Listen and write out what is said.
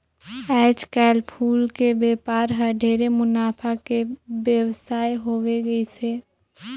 आयज कायल फूल के बेपार हर ढेरे मुनाफा के बेवसाय होवे गईस हे